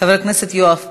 חבר הכנסת יואב קיש,